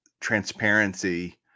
transparency